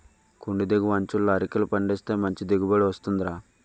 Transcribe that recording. కొండి దిగువ అంచులలో అరికలు పండిస్తే మంచి దిగుబడి వస్తుందిరా